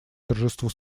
торжеству